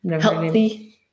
Healthy